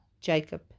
jacob